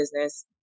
business